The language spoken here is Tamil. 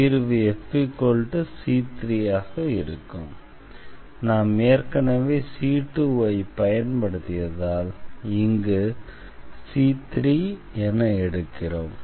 எனவே தீர்வு fc3 ஆக இருக்கும் நாம் ஏற்கனவே c2 ஐ பயன்படுத்தியதால் இங்கு c3 என எடுக்கிறோம்